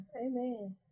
Amen